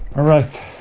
alright